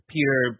Peter